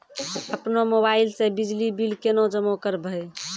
अपनो मोबाइल से बिजली बिल केना जमा करभै?